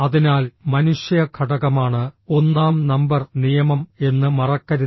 അതിനാൽ മനുഷ്യ ഘടകമാണ് ഒന്നാം നമ്പർ നിയമം എന്ന് മറക്കരുത്